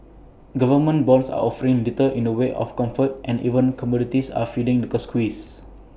government bonds are offering little in the way of comfort and even commodities are feeling the girl squeeze